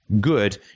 good